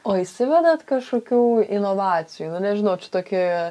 o įsivedėt kažkokių inovacijų nu nežinau čia tokį